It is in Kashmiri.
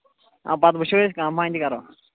آ پَتہٕ وٕچھو أسۍ کَم پَہم تہِ کرو